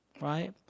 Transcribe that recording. right